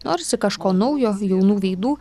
norisi kažko naujo jaunų veidų